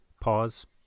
pause